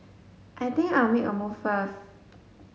I think I'll make a move first